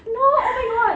no oh my god